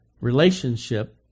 relationship